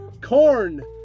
corn